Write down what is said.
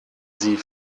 sie